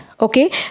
Okay